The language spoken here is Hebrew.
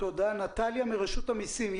נטליה מרשות המסים,